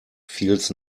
feels